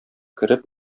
кереп